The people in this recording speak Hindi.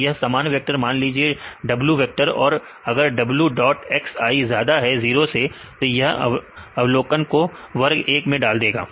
तो यह सामान्य वेक्टर मान लीजिए है W वेक्टर और फिर अगर W डॉट x i ज्यादा है 0 से तो आप इस अवलोकन को वर्ग 1 में डाल दें